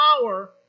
power